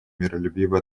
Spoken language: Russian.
миролюбиво